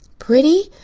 pretty?